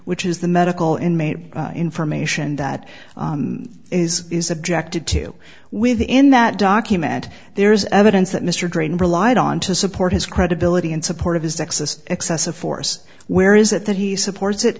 which is the medical inmate information that is is objected to within that document there is evidence that mr drain relied on to support his credibility in support of his texas excessive force where is it that he supports